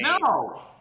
No